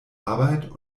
arbeit